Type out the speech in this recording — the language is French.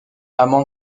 amant